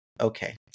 Okay